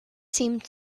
seemed